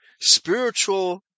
spiritual